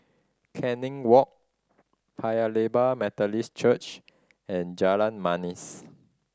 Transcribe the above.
Canning Walk Paya Lebar Methodist Church and Jalan Manis